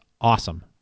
awesome